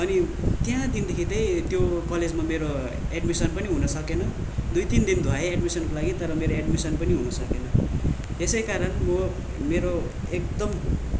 अनि त्यहाँ दिनदेखि चाहिँ त्यो कलेजमा मेरो एडमिसन पनि हुन सकेन दुई तिन दिन धाएँ एडमिसनको लागि तर मेरो एडमिसन पनि हुनु सकेन यसैकारण म मेरो एकदम